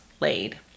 laid